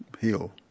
heal